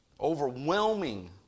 overwhelming